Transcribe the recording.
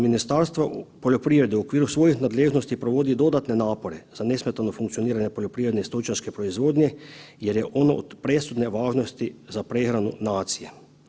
Ministarstvo poljoprivrede u okviru svojih nadležnosti provodi dodatne napore za nesmetano funkcioniranje poljoprivredne stočarske proizvodnje jer je ono od presudne važnosti za prehranu nacije.